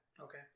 Okay